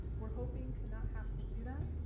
we're hoping to not have to do that.